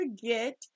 forget